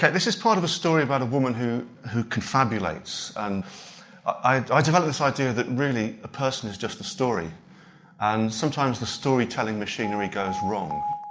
yeah this is part of a story about a woman who who confabulates i developed this idea that really a person is just a story and sometimes the storytelling machinery goes wrong.